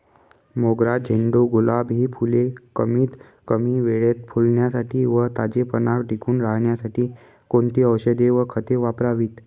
मोगरा, झेंडू, गुलाब हि फूले कमीत कमी वेळेत फुलण्यासाठी व ताजेपणा टिकून राहण्यासाठी कोणती औषधे व खते वापरावीत?